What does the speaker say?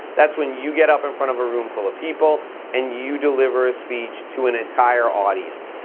that's when you get up in front of a room full of people and you deliver a speech to an entire audience.